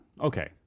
Okay